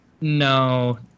no